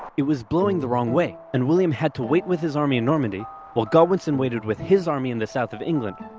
it was blowing the wrong way, and william had to wait with his army in normandy while godwinson waited with his army in the south of england.